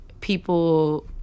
people